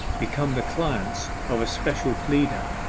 become the clients of a special pleader.